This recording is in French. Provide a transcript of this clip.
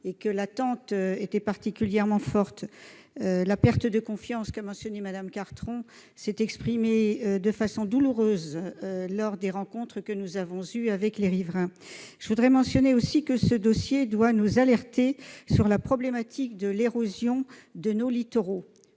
; l'attente était particulièrement forte. La perte de confiance qu'a mentionnée Mme Cartron s'est exprimée de façon douloureuse lors des rencontres que nous avons eues avec les riverains. Ce dossier doit en outre nous alerter sur la problématique de l'érosion de nos littoraux,